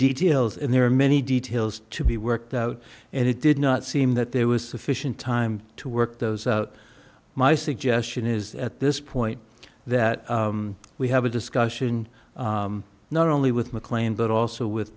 details and there are many details to be worked out and it did not seem that there was sufficient time to work those out my suggestion is that at this point that we have a discussion not only with maclean but also with